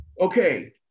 Okay